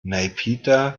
naypyidaw